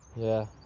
yeah.